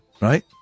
right